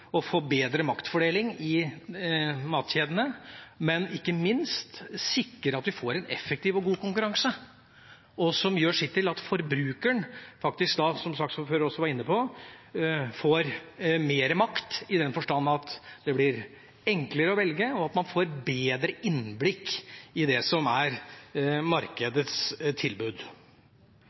å få bedre maktfordeling i matkjedene, og ikke minst sikre at vi får en effektiv og god konkurranse, som også gjør sitt til at forbrukeren faktisk får, som saksordføreren også var inne på, mer makt, i den forstand at det blir enklere å velge, og at man får bedre innblikk i det som er